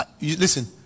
Listen